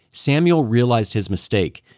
samuel realized his mistake.